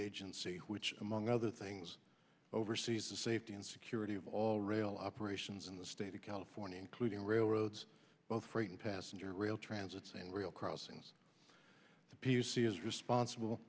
agency which among other things oversees the safety and security of all rail operations in the state of california including railroads both freight and passenger rail transit saying real crossings the p c is responsible